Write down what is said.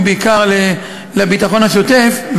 ובעיקר לביטחון השוטף,